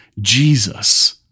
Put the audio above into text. Jesus